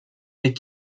des